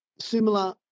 Similar